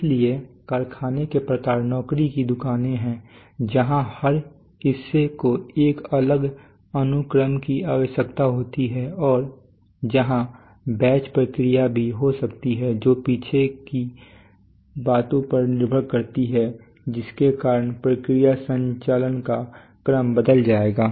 इसलिए कारखाने के प्रकार नौकरी की दुकानें हैं जहां हर हिस्से को एक अलग अनुक्रम की आवश्यकता होती है और जहां बैच प्रक्रियाएं भी हो सकती हैं जो पीछे की आहों पर निर्भर करती हैंजिसके कारण प्रक्रिया संचालन का क्रम बदल जाएगा